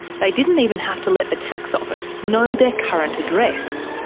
they didn't even have to let the tax office know their current address.